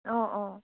অঁ অঁ